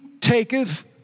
taketh